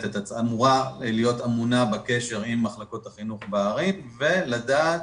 אמורה להיות אמונה בקשר עם מחלקות החינוך בערים ולדעת